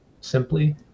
simply